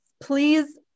please